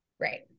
Right